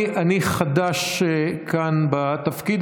אני חדש כאן בתפקיד,